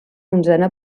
onzena